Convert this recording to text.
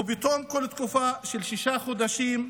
ובתום כל תקופה של שישה חודשים,